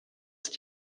ist